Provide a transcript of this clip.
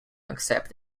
except